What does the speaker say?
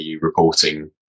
reporting